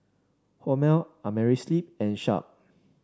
Hormel Amerisleep and Sharp